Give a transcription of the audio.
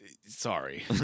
sorry